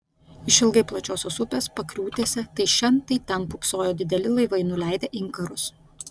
išilgai plačiosios upės pakriūtėse tai šen tai ten pūpsojo dideli laivai nuleidę inkarus